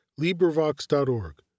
LibriVox.org